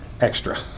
extra